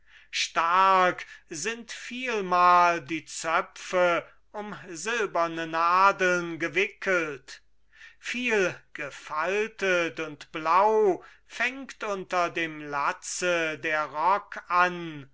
stark sind vielmal die zöpfe um silberne nadeln gewickelt vielgefaltet und blau fängt unter dem latze der rock an